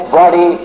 body